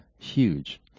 huge